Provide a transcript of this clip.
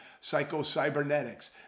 psycho-cybernetics